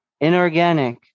Inorganic